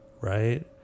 right